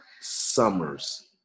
Summers